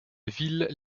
ville